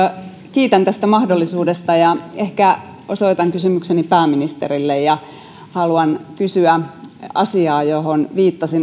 kiitän tästä mahdollisuudesta ja ehkä osoitan kysymykseni pääministerille haluan kysyä asiaa johon viittasin